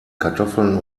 kartoffeln